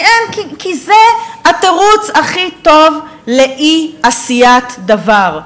כי זה התירוץ הכי טוב לאי-עשיית דבר?